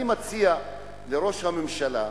אני מציע לראש הממשלה,